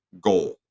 goal